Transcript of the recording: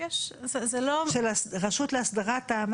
לא, יש, יש, זה לא של רשות להסדרת המשהו?